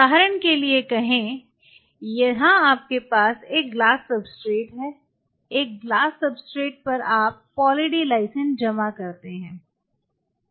उदाहरण के लिए कहें यहाँ आपके पास एक ग्लास सब्सट्रेट है एक ग्लास सब्सट्रेट पर आप पॉली डी लाइसिन जमा करते हैं